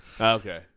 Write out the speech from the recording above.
Okay